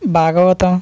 Bhagavatam